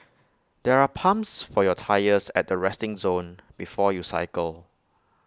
there are pumps for your tyres at the resting zone before you cycle